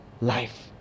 life